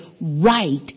right